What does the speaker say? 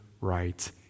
right